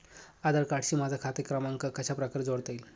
आधार कार्डशी माझा खाते क्रमांक कशाप्रकारे जोडता येईल?